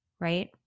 right